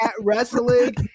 wrestling